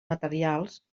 materials